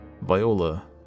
Viola